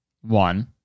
One